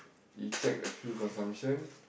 you check the fuel consumption